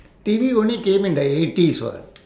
T_V only came in the eighties [what]